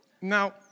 Now